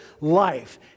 life